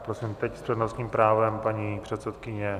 Prosím, teď s přednostním právem paní předsedkyně.